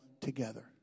together